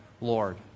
Lord